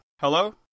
Hello